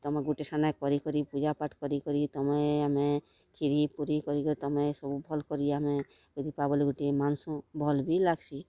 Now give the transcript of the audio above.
ତମେ ଗୋଟିଏ ଠାନେ କରି କରି ପୂଜାପାଠ୍ କରି କରି ତମେ ଆମେ ଖିରି ପୁରି କରି କରି ତମେ ସବୁ ଭଲ୍ କରି ଆମେ ଦୀପାବଲି ଗୁଟେ ମାନ୍ସୁଁ ଭଲ୍ ବି ଲାଗ୍ସି